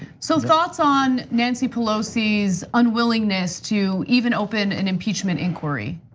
so thoughts on nancy pelosi's unwillingness to even open an impeachment inquiry?